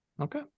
Okay